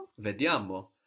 Vediamo